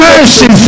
Mercy